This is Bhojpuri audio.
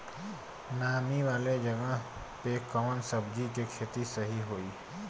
नामी वाले जगह पे कवन सब्जी के खेती सही होई?